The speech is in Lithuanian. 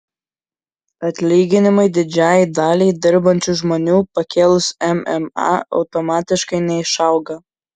atlyginimai didžiajai daliai dirbančių žmonių pakėlus mma automatiškai neišauga